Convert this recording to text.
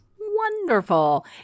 Wonderful